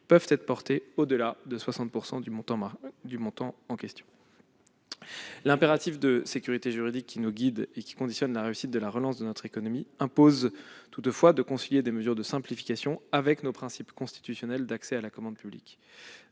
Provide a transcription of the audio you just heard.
peuvent être portées au-delà de 60 % du montant total. Toutefois, l'impératif de sécurité juridique qui nous guide et qui conditionne la réussite de la relance de notre économie impose de concilier les mesures de simplification avec nos principes constitutionnels d'accès à la commande publique.